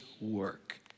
work